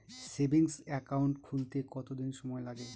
Savings account খুলতে কতদিন সময় লাগে?